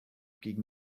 gegen